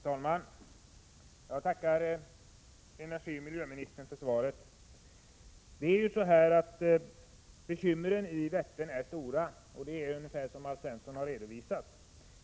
Herr talman! Jag tackar miljöoch energiministern för svaret. Bekymren när det gäller Vättern är stora, som Alf Svensson redovisade.